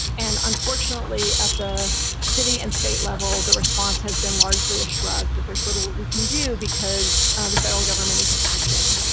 and unfortunately, at the city and state level, the response has been largely a shrug, that there's little that we can do because the federal government is an acting.